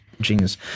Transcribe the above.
genius